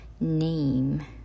name